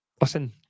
listen